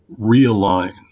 realign